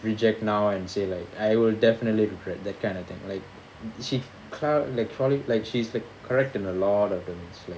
reject now and say like I will definitely be like kind of thing like she clou~ electronic like she's correct in a lot of things